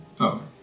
Okay